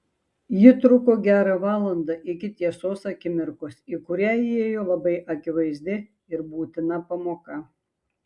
ji truko gerą valandą iki tiesos akimirkos į kurią įėjo labai akivaizdi ir būtina pamoka